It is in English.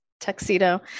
tuxedo